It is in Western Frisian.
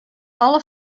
alle